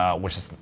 ah which is.